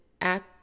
act